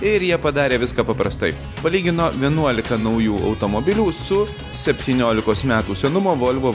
ir jie padarė viską paprastai palygino vienuolika naujų automobilių su septyniolikos metų senumo volvo